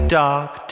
dark